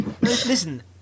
Listen